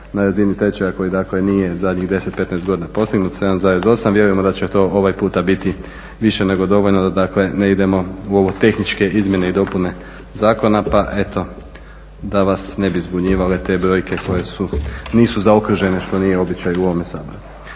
na razini tečaja i ako i nije zadnjih 10, 15 godina postignut 7,8 vjerujemo da će to ovaj puta biti više nego dovoljno da dakle ne idemo u ove tehničke izmjene i dopune zakona. Pa eto da vas ne bi zbunjivale te brojke koje nisu zaokružene što nije običaj u ovome Saboru.